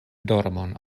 dormon